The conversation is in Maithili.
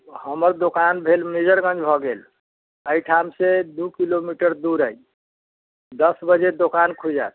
हमर दोकान भेल मेजरगञ्ज भए गेल एहिठाम से दू किलोमीटर दूर अछि दश बजे दोकान खुलि जाएत